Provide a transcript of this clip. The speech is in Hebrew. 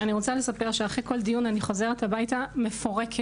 אני רוצה לספר שאחרי כל דיון אני חוזרת הביתה מפורקת,